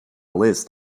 list